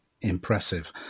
impressive